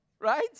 Right